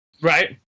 Right